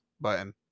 button